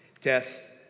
tests